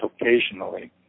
occasionally